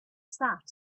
that